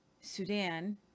Sudan